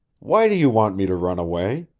why do you want me to run away?